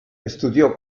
estudió